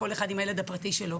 וכל אחד עם הילד הפרטי שלו.